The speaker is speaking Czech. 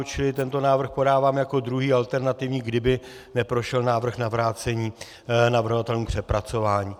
Čili tento návrh podávám jako druhý, alternativní, kdyby neprošel návrh na vrácení navrhovatelům k přepracování.